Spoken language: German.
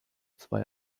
zwei